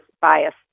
bias